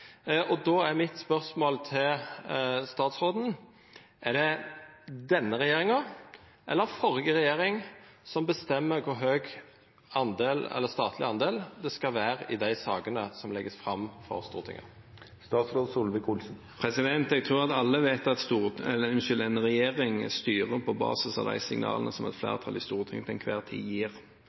Og då er mitt spørsmål til statsråden: Er det denne regjeringa eller førre regjering som bestemmer kor høg statleg del det skal vera i dei sakene som vert lagde fram for Stortinget? Jeg tror at alle vet at en regjering styrer på basis av de signalene som et flertall i Stortinget til enhver tid gir.